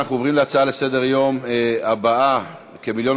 אנחנו עוברים להצעות לסדר-היום בנושא: כמיליון